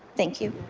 thank you.